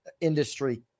industry